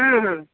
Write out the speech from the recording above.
ହୁଁ ହୁଁ